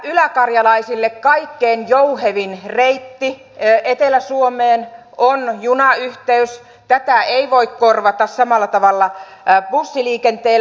meille yläkarjalaisille kaikkein jouhevin reitti etelä suomeen on junayhteys tätä ei voi korvata samalla tavalla bussiliikenteellä